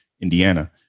Indiana